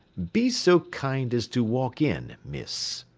be so kind as to walk in, miss.